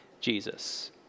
Jesus